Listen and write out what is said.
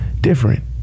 different